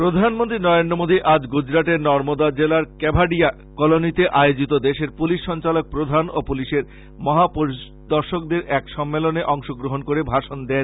প্রধানমন্ত্রী নরেন্দ্র মোদী আজ গুজরাটের নর্মদা জেলার কেভাডিয়া কোলোনিতে আয়োজিত দেশের পুলিশ সঞ্চালক প্রধান ও পুলিশের মহাপরিদর্শকদের এক সম্মেলনে অংশ গ্রহন করে ভাষন দেন